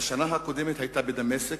בשנה הקודמת היא היתה בדמשק.